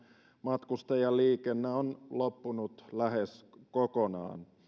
matkustajaliikenne on loppunut lähes kokonaan